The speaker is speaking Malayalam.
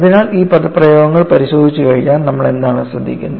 അതിനാൽ ഈ പദപ്രയോഗങ്ങൾ പരിശോധിച്ചുകഴിഞ്ഞാൽ നമ്മൾ എന്താണ് ശ്രദ്ധിക്കുന്നത്